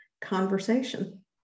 conversation